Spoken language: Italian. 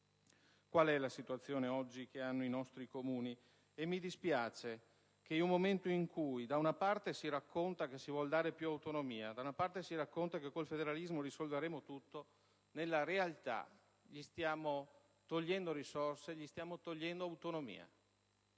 Qual è la situazione oggi che hanno i nostri Comuni? Mi dispiace che in un momento in cui da una parte si racconta che si vuole dare più autonomia e che col federalismo risolveremo tutto, nella realtà stiamo togliendo loro risorse ed autonomia.